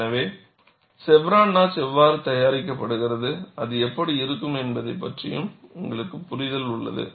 எனவே chevron notch எவ்வாறு தயாரிக்கப்படுகிறது அது எப்படி இருக்கும் என்பதைப் பற்றி உங்களுக்கு நேரில் புரிதல் உள்ளது